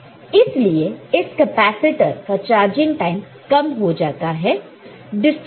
तो इसलिए इस कैपेसिटर का चार्जिंग टाइम कम हो जाता है